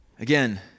Again